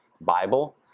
Bible